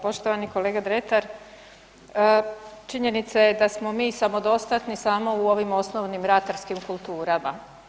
Poštovani kolega Dretar, činjenica je da smo mi samodostatni samo u ovim osnovnim ratarskim kulturama.